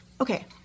Okay